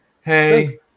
hey